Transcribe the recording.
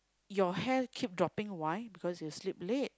your hair keep dropping why because you sleep late